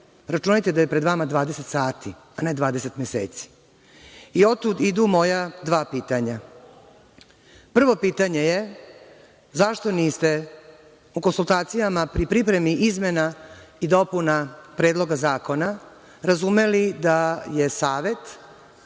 Računajte da je pred vama 20 sati, a ne 20 meseci. I, otud idu moja dva pitanja. Prvo pitanje je, zašto niste u konsultacijama pri pripremi izmena i dopuna Predloga zakona razumeli da je savet